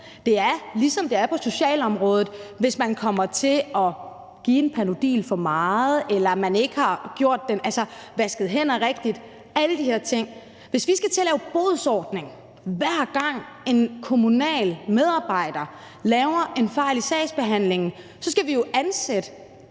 Det er, ligesom det er på socialområdet, hvis man kommer til at give en Panodil for meget eller ikke har vasket hænder rigtigt, altså alle de her ting. Hvis vi skal til at lave en bodsordning, hver gang en kommunal medarbejder laver en fejl i sagsbehandlingen, så skal vi jo ansætte